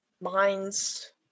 minds